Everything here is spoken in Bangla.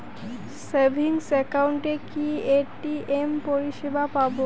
সেভিংস একাউন্টে কি এ.টি.এম পরিসেবা পাব?